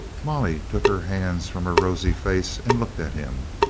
molly took her hands from her rosy face and looked at him.